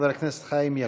חבר הכנסת חיים ילין.